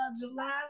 July